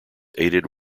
aided